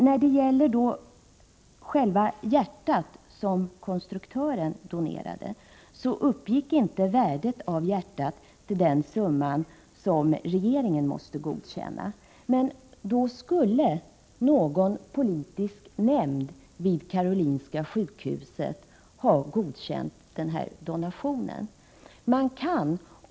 Beträffande själva hjärtat, som konstruktören donerade, uppgick inte värdet av hjärtat till den summa som regeringen måste godkänna. Men då skulle någon politisk nämnd vid Karolinska sjukhuset ha godkänt den här donationen.